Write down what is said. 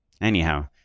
Anyhow